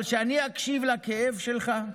אבל כשאני אקשיב לכאב שלך,